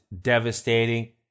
devastating